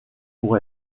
pour